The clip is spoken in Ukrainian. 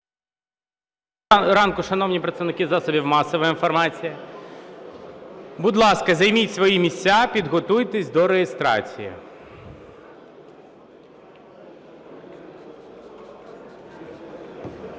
Доброго ранку, шановні представники засобів масової інформації! Будь ласка, займіть свої місця, підготуйтесь до реєстрації.